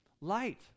Light